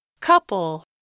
Couple